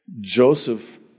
Joseph